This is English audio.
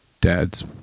dad's